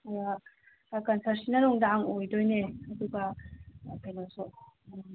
ꯀꯟꯁꯠꯁꯤꯅ ꯅꯨꯃꯤꯗꯥꯡ ꯑꯣꯏꯒꯗꯣꯏꯅꯦ ꯑꯗꯨꯒ ꯀꯩꯅꯣꯁꯨ ꯎꯝ